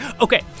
Okay